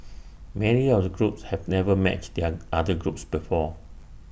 many of the groups have never met the young other groups before